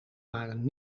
waren